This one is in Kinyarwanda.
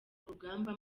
urugamba